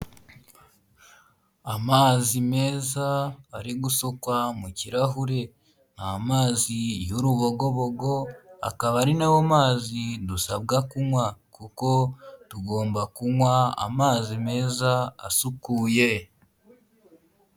Amazi meza ari gusukwa mu kirahure. Ni amazi y'urubogobogo, akaba ari nayo mazi dusabwa kunywa, kuko tugomba kunywa amazi meza asukuye.